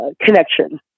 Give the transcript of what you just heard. connection